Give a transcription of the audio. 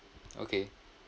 okay